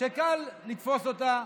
שקל לתפוס אותה,